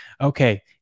Okay